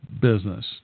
business